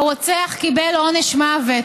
הרוצח קיבל עונש מוות.